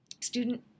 student